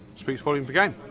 speaks volumes again.